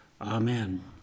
Amen